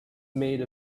made